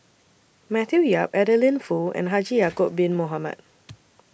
Matthew Yap Adeline Foo and Haji Ya'Acob Bin Mohamed